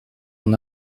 son